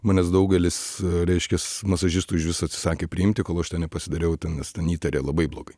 manęs daugelis reiškias masažistų ižvis atsisakė priimti kol aš ten nepasidariau ten nes ten įtarė labai blogai